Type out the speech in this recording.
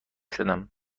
شدم